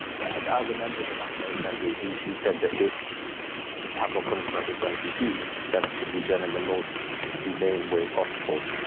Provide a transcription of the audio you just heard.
as a member of the national assembly he he said that if capital punishment was going to be used, then it should be done in the most humane way possible,